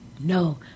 No